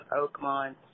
Oakmont